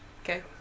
Okay